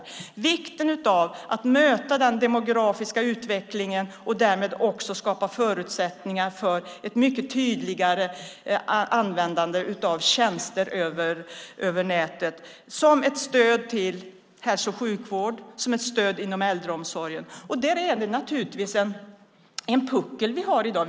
Jag vill understryka vikten av att möta den demografiska utvecklingen och därmed också skapa förutsättningar för ett mycket tydligare användande av tjänster över nätet som ett stöd till hälso och sjukvård och inom äldreomsorgen. Där har vi en puckel i dag.